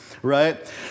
right